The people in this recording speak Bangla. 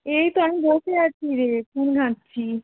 এই তো আমি বসে আছি রে ফোন ঘাঁটছি